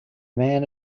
man